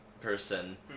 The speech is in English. person